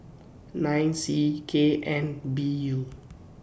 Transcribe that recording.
nine C K N B U